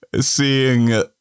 seeing